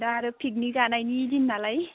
दा आरो पिकनिक जानायनि दिन नालाय